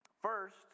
First